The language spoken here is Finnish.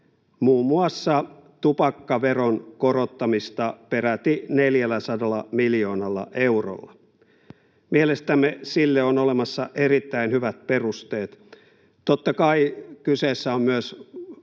muun muassa tupakkaveron korottamista peräti 400 miljoonalla eurolla. Mielestämme sille on olemassa erittäin hyvät perusteet. Totta kai kyseessä on myös